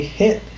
hit